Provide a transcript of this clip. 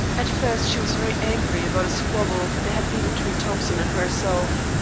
at first she was very angry about a squabble there had been between thompson and herself.